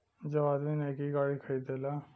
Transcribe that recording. जब आदमी नैकी गाड़ी खरीदेला